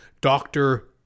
doctor